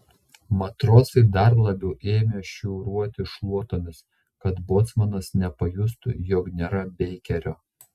matrosai dar labiau ėmė šiūruoti šluotomis kad bocmanas nepajustų jog nėra beikerio